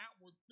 outward